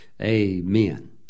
Amen